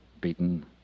beaten